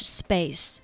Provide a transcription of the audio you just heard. space